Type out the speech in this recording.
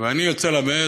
ואני יוצא למד,